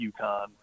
UConn